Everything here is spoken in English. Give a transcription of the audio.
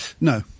No